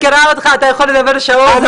אני מכירה אותך, אתה יכול לדבר שעות.